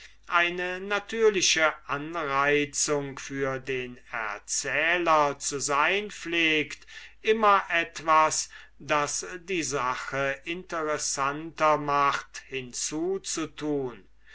eine natürliche anreizung für den erzähler zu sein pflegt immer etwas das die sache interessanter macht hinzuzutun